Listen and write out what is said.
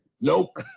Nope